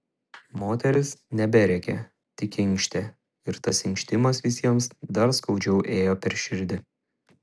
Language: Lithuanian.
moteris neberėkė tik inkštė ir tas inkštimas visiems dar skaudžiau ėjo per širdį